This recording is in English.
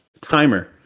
timer